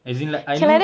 as in like I know